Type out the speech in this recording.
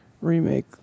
remake